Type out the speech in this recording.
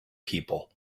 people